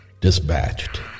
dispatched